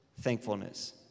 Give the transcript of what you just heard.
thankfulness